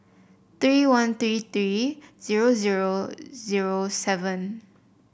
three one three three zero zero zero seven